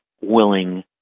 willing